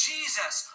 Jesus